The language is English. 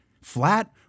Flat